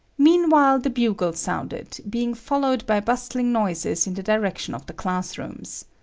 meanwhile the bugle sounded, being followed by bustling noises in the direction of the class rooms.